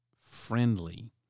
friendly